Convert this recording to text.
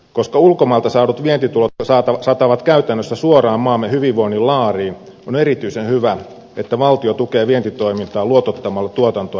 koska ulkomailta saadut vientitulot satavat käytännössä suoraan maamme hyvinvoinnin laariin on erityisen hyvä että valtio tukee vientitoimintaa luotottamalla tuotantoa ja toimituksia